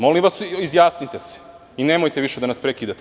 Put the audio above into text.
Molim vas, izjasnite se i nemojte više da nas prekidate.